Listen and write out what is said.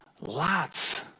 lots